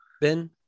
Ben